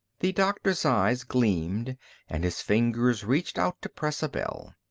the doctor's eyes gleamed and his fingers reached out to press a bell.